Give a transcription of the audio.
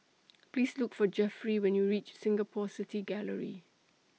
Please Look For Jeffery when YOU REACH Singapore City Gallery